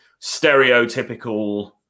stereotypical